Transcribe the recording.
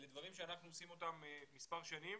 אלה דברים שאנחנו עושים מספר שנים.